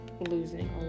losing